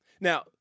Now